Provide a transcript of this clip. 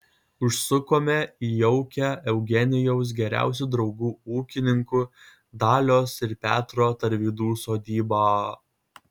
užsukome į jaukią eugenijaus geriausių draugų ūkininkų dalios ir petro tarvydų sodybą